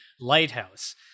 lighthouse